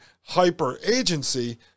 hyper-agency